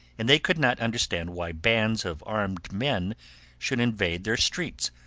and they could not understand why bands of armed men should invade their streets,